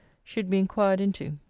should be inquired into.